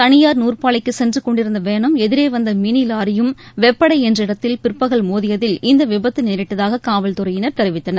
தனியார் நூற்பாலைக்கு சென்று கொண்டிருந்த வேனும் எதிரே வந்த மினி லாரியும் வெப்படை என்ற இடத்தில் பிற்பகல் மோதியதில் இந்த விபத்து நேரிட்டதாக காவல்துறையினர் தெரிவித்தனர்